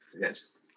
Yes